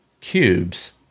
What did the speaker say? cubes